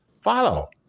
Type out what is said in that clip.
follow